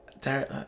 Derek